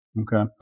Okay